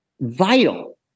vital